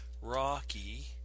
Rocky